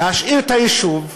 להשאיר את היישוב,